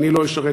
אני לא אשרת,